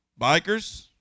bikers